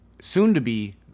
soon-to-be